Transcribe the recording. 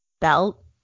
belt